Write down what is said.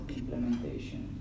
implementation